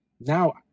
Now